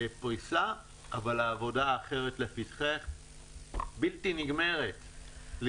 בפריסה אבל העבודה האחרת לפתחך בלתי נגמרת.